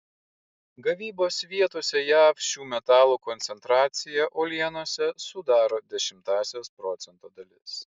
gavybos vietose jav šių metalų koncentracija uolienose sudaro dešimtąsias procento dalis